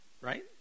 Right